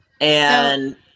and-